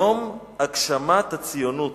יום הגשמת הציונות.